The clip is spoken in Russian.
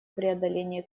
преодоления